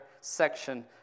section